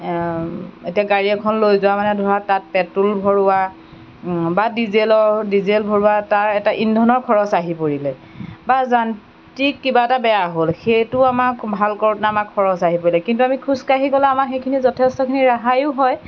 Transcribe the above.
এতিয়া গাড়ী এখন লৈ যোৱা মানে ধৰা তাত পেট্ৰল ভৰোৱা বা ডিজেলৰ ডিজেল ভৰোৱা তাৰ এটা ইন্ধনৰ খৰছ আহি পৰিলে বা যান্ত্ৰিক কিবা এটা বেয়া হ'ল সেইটো আমাক ভাল কৰোঁতে আমাৰ খৰছ আহি পৰিলে কিন্তু আমি খোজকাঢ়ি গ'লে আমাৰ যথেষ্টখিনি ৰেহাইও হয়